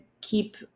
keep